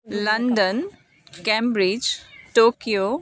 London cambridge Tokyo